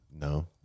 No